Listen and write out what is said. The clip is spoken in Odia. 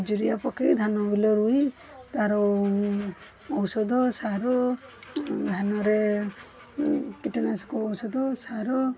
ମଜୁରିଆ ପକାଇ ଧାନ ବିଲ ରୋଇ ତାର ଔଷଧ ସାର ଧାନରେ କୀଟନାଶକ ଔଷଧ ସାର